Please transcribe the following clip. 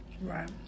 Right